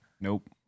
Nope